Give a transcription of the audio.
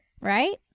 right